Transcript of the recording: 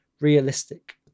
realistic